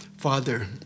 Father